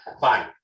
fine